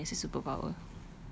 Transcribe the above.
what would you want as a superpower